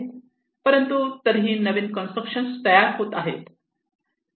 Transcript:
परंतु तरीही नवीन कन्स्ट्रक्शन तयार होत आहे